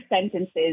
sentences